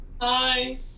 Hi